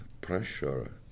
pressure